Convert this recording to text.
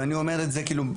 ואני אומר את זה בוודאות,